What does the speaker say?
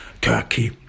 Turkey